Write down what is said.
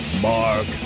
Mark